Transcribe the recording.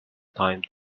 time